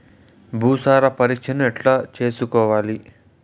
భూసార పరీక్షను ఎట్లా చేసుకోవాలి?